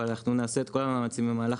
אבל אנחנו נעשה את כל המאמצים במהלך